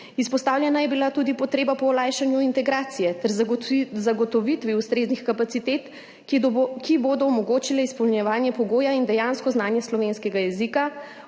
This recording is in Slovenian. Izpostavljena je bila tudi potreba po olajšanju integracije ter zagotovitvi ustreznih kapacitet, ki bodo omogočile izpolnjevanje pogoja in dejansko znanje slovenskega jezika,